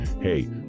Hey